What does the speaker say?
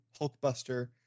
Hulkbuster